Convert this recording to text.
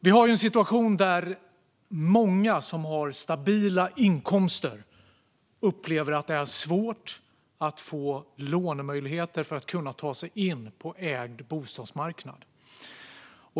Vi har en situation där många som har stabila inkomster upplever att det är svårt att få lånemöjligheter för att kunna ta sig in på ägd bostadsmarknad.